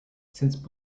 since